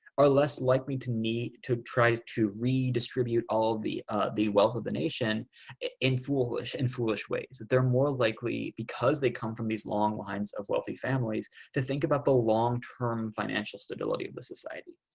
or less likely to need to try to redistribute all the the wealth of the nation in foolish and foolish ways that they're more likely because they come from these long lines of wealthy families to think about the long term financial stability of the society.